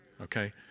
Okay